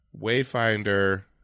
Wayfinder